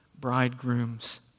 bridegroom's